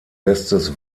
bestes